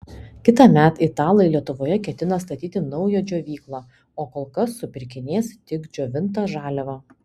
kitąmet italai lietuvoje ketina statyti naują džiovyklą o kol kas supirkinės tik džiovintą žaliavą